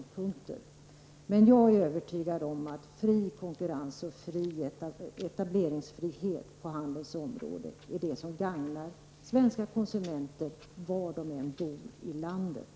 Jag vill bara säga att jag är övertygad om att fri konkurrens och etableringsfrihet på handelns område är det som gagnar svenska konsumenter var i landet de än bor.